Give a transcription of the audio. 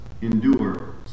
endure